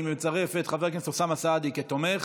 אני מצרף את חבר הכנסת אוסאמה סעדי כתומך,